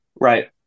Right